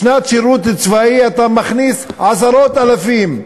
תקצץ שנת שירות צבאי, אתה מכניס עשרות אלפים,